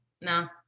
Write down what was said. No